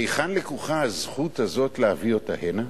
מהיכן לקוחה הזכות הזאת להביא אותה הנה?